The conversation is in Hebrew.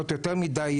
להיות יותר מידי,